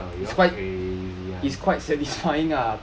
geh siao your crazy [one]